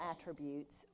attributes